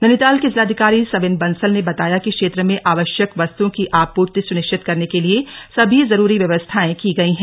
नैनीताल के जिलाधिकारी सविन बंसल ने बताया कि क्षेत्र में आव यक वस्तुओं की आपूर्ति सुनिशिचत करने के लिए सभी जरूरी व्यवस्थाए की गई हैं